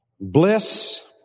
bliss